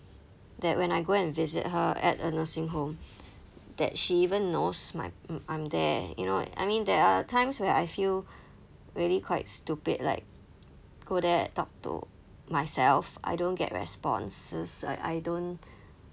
that when I go and visit her at a nursing home that she even knows my m~ I'm there you know I mean there are times where I feel really quite stupid like go there I talk to myself I don't get responses I I don't